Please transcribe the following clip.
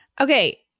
Okay